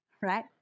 right